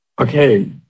okay